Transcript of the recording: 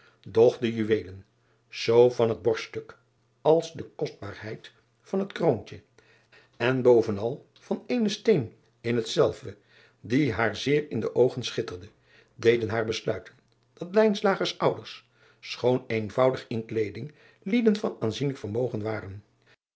doch de juweelen zoo van het borststuk als de kostbaarheid van het kroontje en bovenal van eenen steen in hetzelve die haar zeer in de oogen schitterde deden haar besluiten dat ouders schoon eenvoudig in kleeding lieden van aanzienlijk vermogen waren